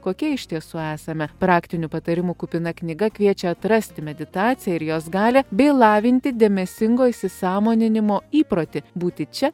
kokie iš tiesų esame praktinių patarimų kupina knyga kviečia atrasti meditaciją ir jos galią bei lavinti dėmesingo įsisąmoninimo įprotį būti čia